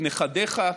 את נכדיך,